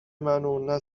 منو، نه